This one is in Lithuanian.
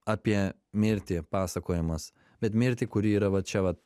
apie mirtį pasakojimas bet mirtį kuri yra va čia vat